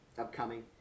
upcoming